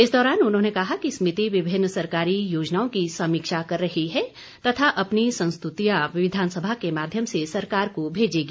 इस दौरान उन्होंने कहा कि समिति विभिन्न सरकारी योजनाओं की समीक्षा कर रही है तथा अपनी संस्तुतियां विधानसभा के माध्यम से सरकार को भेजेगी